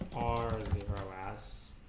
r zero s